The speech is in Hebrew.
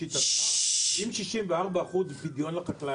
לשיטתך אם 64 אחוז הוא פדיון לחקלאי,